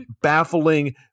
baffling